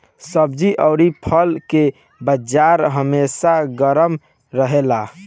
सब्जी अउरी फल के बाजार हमेशा गरम रहेला